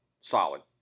solid